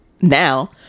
now